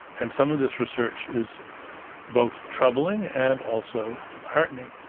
and some of this research is both troubling and also heartening,